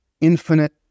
infinite